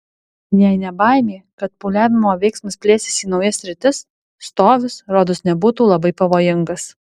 jei ne baimė kad pūliavimo vyksmas plėsis į naujas sritis stovis rodos nebūtų labai pavojingas